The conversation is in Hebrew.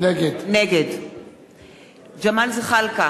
נגד ג'מאל זחאלקה,